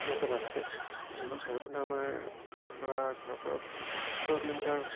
সমস্যা নাথাকে ভৈৰৱকুণ্ড আমাৰ পৰা ঘৰৰ পৰা সোতৰ কিলোমিটাৰ